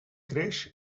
creix